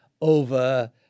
over